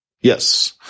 Yes